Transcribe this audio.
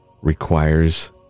requires